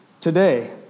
today